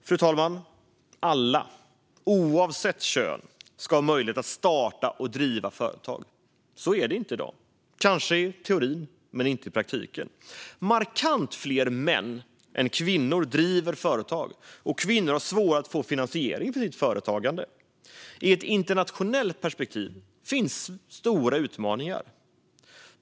Fru talman! Alla, oavsett kön, ska ha möjlighet att starta och driva företag. Så är det inte i dag. Kanske är det så i teorin men inte i praktiken. Markant fler män än kvinnor driver företag, och kvinnor har svårare att få finansiering till sitt företagande. I ett internationellt perspektiv finns stora utmaningar.